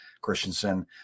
Christensen